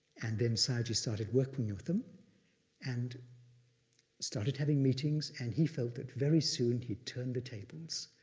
and then sayagyi started working with them and started having meetings, and he felt that very soon he'd turn the tables.